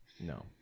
No